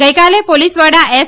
ગઇકાલે પોલીસ વડા એસ